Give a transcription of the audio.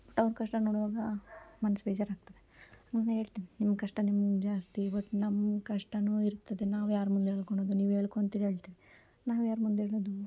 but ಅವ್ರ ಕಷ್ಟ ನೋಡುವಾಗ ಮನ್ಸು ಬೇಜಾರಾಗ್ತದೆ ಮೊನ್ನೆ ಹೇಳ್ತಿದ್ ನಿಮ್ಮ ಕಷ್ಟ ನಿಮ್ಗೆ ಜಾಸ್ತಿ ಬಟ್ ನಮ್ಮ ಕಷ್ಟವೂ ಇರ್ತದೆ ನಾವು ಯಾರ ಮುಂದೆ ಹೇಳ್ಕೊಣೋದು ನೀವು ಹೇಳ್ಕೊಂತೀರ ಅಳ್ತೀರ ನಾವು ಯಾರ ಮುಂದೆ ಹೇಳೂದು